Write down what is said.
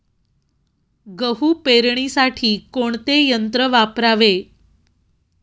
गहू पेरणीसाठी कोणते यंत्र वापरावे?